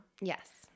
yes